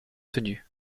tenu